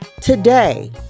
Today